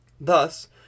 Thus